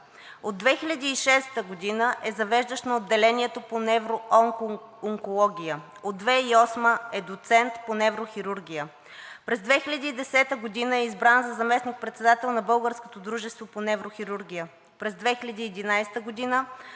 От 2006 г. е завеждащ на отделението по невроонкология. От 2008 г. е доцент по неврохирургия. През 2010 г. е избран за заместник-председател на Българското дружество по неврохирургия. През 2011 г. е избран за началник на Клиниката по неврохирургия